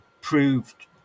proved